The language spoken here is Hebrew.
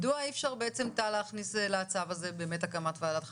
מדוע אי אפשר להכניס לצו הזה הקמת ועדת חריגים?